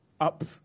up